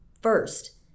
First